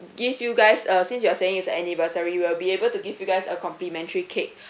give you guys uh since you are saying it's anniversary we'll be able to give you guys a complimentary cake